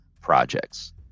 projects